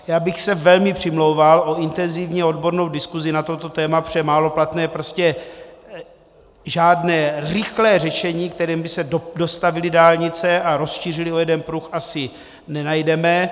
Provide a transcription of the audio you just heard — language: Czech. Já bych se velmi přimlouval o intenzivní odbornou diskusi na toto téma, protože málo platné, prostě žádné rychlé řešení, kterým by se dostavily dálnice a rozšířily o jeden pruh, asi nenajdeme.